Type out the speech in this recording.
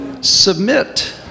Submit